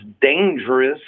dangerous